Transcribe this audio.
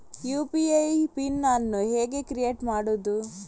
UPI PIN ಅನ್ನು ಹೇಗೆ create ಮಾಡುದು?